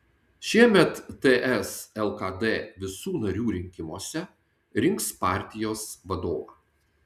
šiemet ts lkd visų narių rinkimuose rinks partijos vadovą